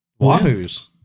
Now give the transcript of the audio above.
Wahoos